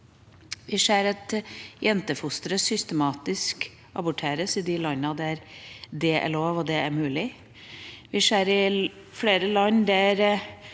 Vi ser at jentefostre systematisk aborteres i de landene der det er lov og mulig. Vi ser flere land der